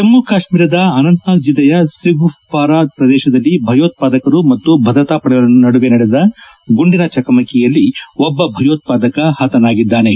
ಜಮ್ಮು ಕಾಶ್ಮೀರದ ಅನಂತ್ನಾಗ್ ಜಿಲ್ಲೆಯ ಸ್ರಿಗುಫ್ವಾರ ಪ್ರದೇಶದಲ್ಲಿ ಭಯೋತ್ವಾದಕರು ಹಾಗೂ ಭದ್ರತಾಪಡೆಗಳ ನಡುವೆ ನಡೆದ ಗುಂಡಿನ ಚಕಮಕಿಯಲ್ಲಿ ಒಬ್ಬ ಭಯೋತ್ವಾದಕ ಹತನಾಗಿದ್ದಾನೆ